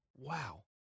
Wow